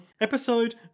episode